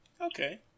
Okay